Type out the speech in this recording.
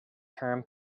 term